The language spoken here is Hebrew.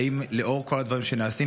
לאור כל הדברים שנעשים,